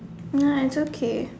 ya it's okay